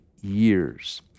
years